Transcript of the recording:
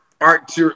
Art